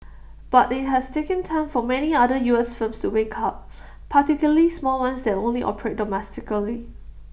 but IT has taken time for many other U S firms to wake up particularly small ones that only operate domestically